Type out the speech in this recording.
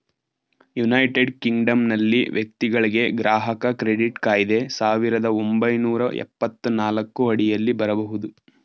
United ಕಿಂಗ್ಡಮ್ನಲ್ಲಿ ವ್ಯಕ್ತಿಗಳ್ಗೆ ಗ್ರಾಹಕ ಕ್ರೆಡಿಟ್ ಕಾಯ್ದೆ ಸಾವಿರದ ಒಂಬೈನೂರ ಎಪ್ಪತ್ತನಾಲ್ಕು ಅಡಿಯಲ್ಲಿ ಬರಬಹುದು